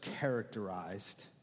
characterized